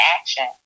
action